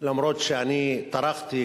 אף-על-פי שאני טרחתי,